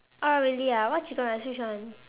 oh really ah what chicken rice which one